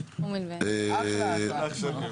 אולי עוד שנתיים.